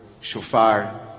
Shofar